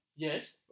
Yes